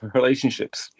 relationships